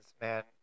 man